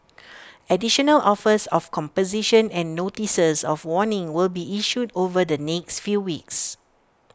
additional offers of composition and notices of warning will be issued over the next few weeks